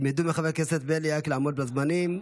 תלמדו מחבר הכנסת בליאק לעמוד בזמנים.